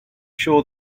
sure